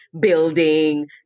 building